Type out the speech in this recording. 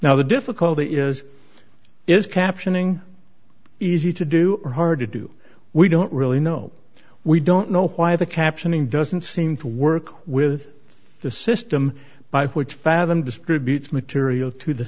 now the difficulty is is captioning easy to do or hard to do we don't really know we don't know why the captioning doesn't seem to work with the system by which fathom distributes material to the